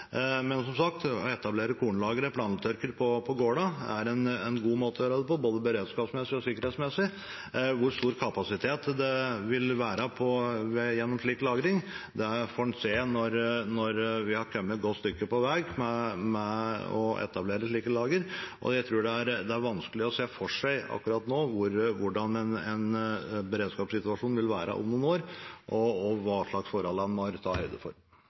Men, som sagt, å etablere kornlagre og plantørker på gårdene er en god måte å gjøre det på, både beredskapsmessig og sikkerhetsmessig. Hvor stor kapasitet det vil være ved en slik lagring, får en se når vi har kommet et godt stykke på vei med å etablere slike lagre. Jeg tror det er vanskelig å se for seg akkurat nå hvordan en beredskapssituasjon vil være om noen år, og hva slags forhold man må ta høyde for.